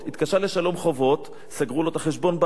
התקשה לשלם חובות, סגרו לו את החשבון בנק.